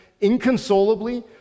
inconsolably